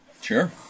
Sure